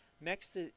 Next